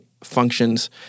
functions